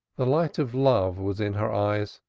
the light of love was in her eyes,